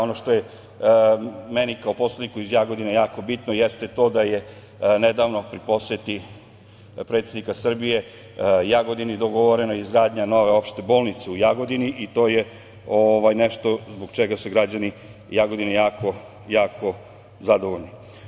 Ono što je meni kao poslaniku iz Jagodine jako bitno, jeste to da je nedavno pri poseti predsednika Srbije Jagodini dogovorena izgradnja nove opšte bolnice u Jagodini i to je nešto zbog čega su građani Jagodine jako zadovoljni.